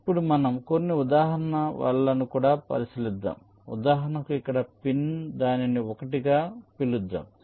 ఇప్పుడు మనం కొన్ని ఉదాహరణ వలలను కూడా పరిశీలిద్దాం ఉదాహరణకు ఇక్కడ పిన్దానిని 1 అని పిలుద్దాం